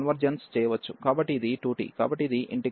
కాబట్టి ఇది 2t కాబట్టి ఇది ఇంటిగ్రల్ విలువ